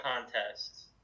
contests